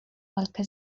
walkę